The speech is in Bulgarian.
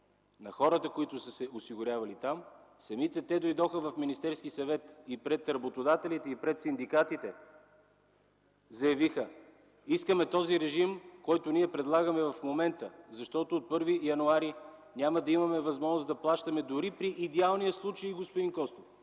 на хората, които са се осигурявали там, самите те дойдоха в Министерския съвет и пред работодателите и синдикатите заявиха: „Искаме режима, който предлагаме в момента, защото от 1 януари няма да имаме възможност да плащаме дори и при идеалния случай”, господин Костов,